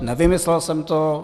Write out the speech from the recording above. Nevymyslel jsem to.